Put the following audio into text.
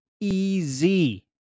easy